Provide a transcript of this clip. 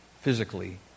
physically